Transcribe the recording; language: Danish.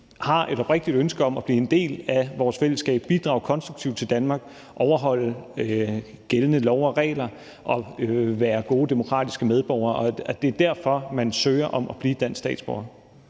har et oprigtigt ønske om at blive en del af vores fællesskab, bidrage konstruktivt til Danmark, overholde gældende love og regler og være gode demokratiske medborgere, og at det er derfor, man søger om at blive dansk statsborger.